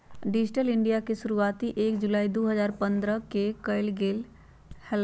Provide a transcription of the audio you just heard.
digital India के शुरुआती एक जुलाई दु हजार पन्द्रह के कइल गैले हलय